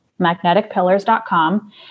magneticpillars.com